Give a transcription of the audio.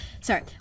sorry